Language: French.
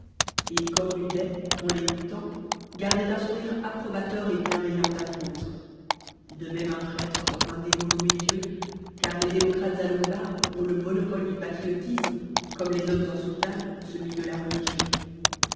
et cornudet en l'écoutant gardait un sourire approbateur et bienveillant d'apôtre de même un prêtre entend un dévot louer dieu car les démocrates à longue barbe ont le monopole du patriotisme comme les hommes en soutane ont celui de la religion